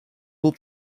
will